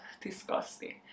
Disgusting